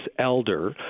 elder